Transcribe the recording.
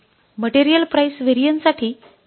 material price variance साठी MPV किती असेल